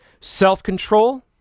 Self-control